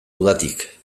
udatik